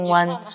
one